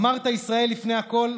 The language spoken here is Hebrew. אמרת ישראל לפני הכול.